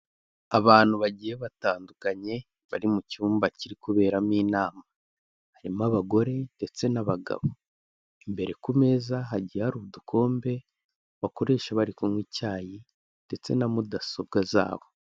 Abantu bagiye batandukanye, bari mu cyumba kiri kuberamo inama. Harimo abagore ndetse n'abagabo. Imbere ku meza hagiye hari udukombe bakoresha bari kunywa icyayi, ndetse na mudasobwa zabo.